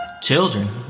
Children